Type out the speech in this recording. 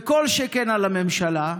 כל שכן על הממשלה,